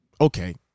Okay